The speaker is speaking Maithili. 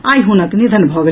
आइ हुनक निधन भऽ गेल